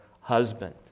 husband